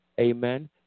Amen